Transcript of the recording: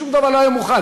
שום דבר לא היה מוכן,